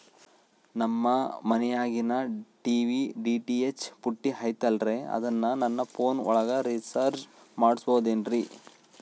ನಮ್ಮ ಮನಿಯಾಗಿನ TV DTH ಪುಟ್ಟಿ ಐತಲ್ರೇ ಅದನ್ನ ನನ್ನ ಪೋನ್ ಒಳಗ ರೇಚಾರ್ಜ ಮಾಡಸಿಬಹುದೇನ್ರಿ?